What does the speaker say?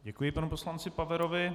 Děkuji panu poslanci Paverovi.